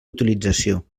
utilització